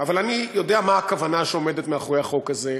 אבל אני יודע מה הכוונה שעומדת מאחורי החוק הזה,